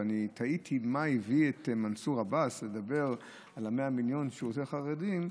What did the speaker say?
תהיתי מה הביא את מנסור עבאס לדבר על ה-100 מיליון שהוא רוצה לחרדים,